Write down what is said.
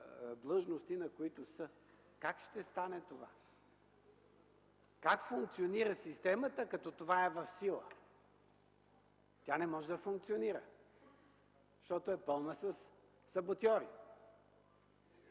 на които са? Как ще стане това? Как функционира системата като това е в сила? Тя не може да функционира, защото е пълна със саботьори!